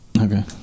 Okay